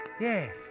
Yes